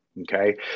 okay